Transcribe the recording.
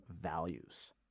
values